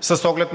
с оглед